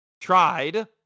tried